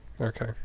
Okay